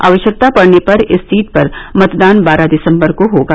आवश्यकता पड़ने पर इस सीट पर मतदान बारह दिसम्बर को होगा